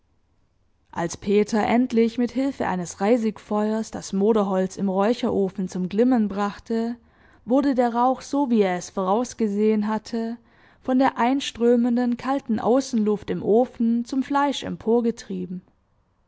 als peter endlich mit hilfe eines reisigfeuers das moderholz im räucherofen zum glimmen brachte wurde der rauch so wie er es vorausgesehen hatte von der einströmenden kalten außenluft im ofen zum fleisch